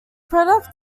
product